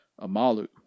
Amalu